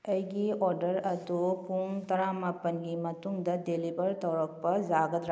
ꯑꯩꯒꯤ ꯑꯣꯔꯗꯔ ꯑꯗꯨ ꯄꯨꯡ ꯇꯔꯥꯃꯥꯄꯜꯒꯤ ꯃꯇꯨꯡꯗ ꯗꯦꯂꯤꯚꯔ ꯇꯧꯔꯛꯄ ꯌꯥꯒꯗ꯭ꯔꯥ